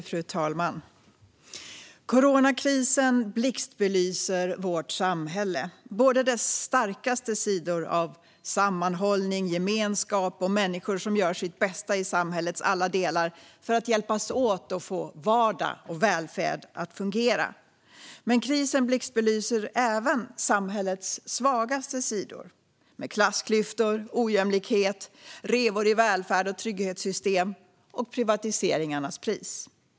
Fru talman! Coronakrisen blixtbelyser vårt samhälle. Den blixtbelyser dess starkaste sidor av sammanhållning, gemenskap och människor som gör sitt bästa i samhällets alla delar för att hjälpas åt att få vardag och välfärd att fungera. Men krisen blixtbelyser även samhällets svagaste sidor med klassklyftor, ojämlikhet, revor i välfärd och trygghetssystem samt privatiseringarnas pris.